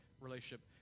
relationship